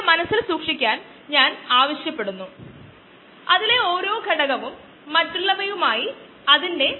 ഏകദേശം 5 6 മണിക്കൂർ എന്ന് നമുക്ക് കാണാനാകും മൊത്തം കോശങ്ങളുടെ സാന്ദ്രതയിൽ മാറ്റമില്ല